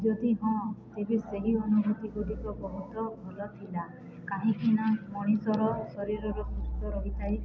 ଯଦି ହଁ ତେବେ ସେହି ଅନୁଭୂତି ଗୁଡ଼ିକ ବହୁତ ଭଲ ଥିଲା କାହିଁକି ନା ମଣିଷର ଶରୀରର ସୁସ୍ଥ ରହିଥାଏ